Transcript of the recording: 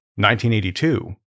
1982